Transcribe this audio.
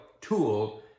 tool